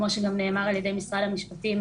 כמו שגם נאמר על ידי משרד המשפטים,